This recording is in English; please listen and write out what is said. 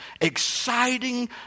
exciting